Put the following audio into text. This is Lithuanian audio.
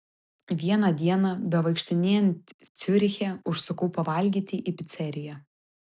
vieną dieną bevaikštinėjant ciuriche užsukau pavalgyti į piceriją